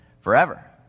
forever